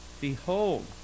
behold